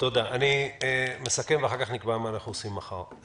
אני מסכם ואחר כך נקע מה אנחנו עושים מחר.